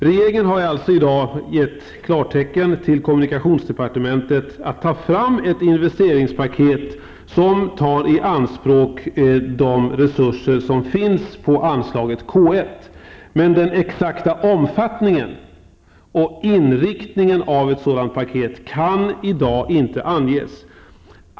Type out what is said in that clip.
Regeringen har alltså i dag gett kommunikationsdepartementet klartecken att ta fram ett investeringspaket som tar i anspråk de resurser som finns under anslaget K 1, men den exakta omfattningen och inriktningen av ett sådant paket kan i dag inte anges.